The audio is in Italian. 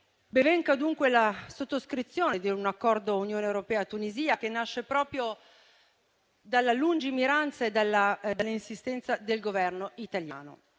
Ben venga dunque la sottoscrizione di un accordo Unione europea-Tunisia, che nasce proprio dalla lungimiranza e dall'insistenza del Governo italiano.